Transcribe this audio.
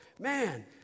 Man